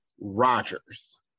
Rodgers